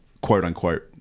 quote-unquote